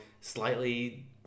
Slightly